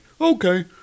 okay